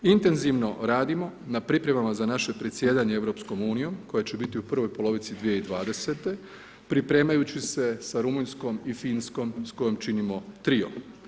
Intenzivno radimo na pripremama za naše predsjedanje EU-om koja će biti u prvoj polovici 2020. pripremajući se sa Rumunjskom i Finskom s kojom činimo trio.